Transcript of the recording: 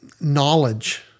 knowledge